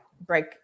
break